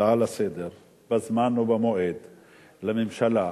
הצעות לסדר-היום מס' 8134,